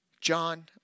John